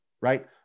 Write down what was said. right